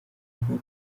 nko